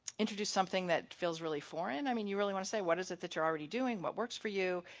introduce something that feels really foreign. i mean you really want to say, what is it that you're already doing, what works for you,